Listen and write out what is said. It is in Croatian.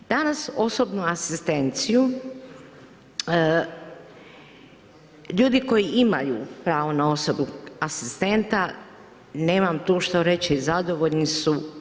Danas osobnu asistenciju ljudi koji imaju pravo na osobnog asistenta, nemam tu što reći, zadovoljni su.